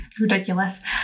Ridiculous